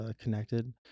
Connected